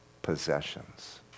possessions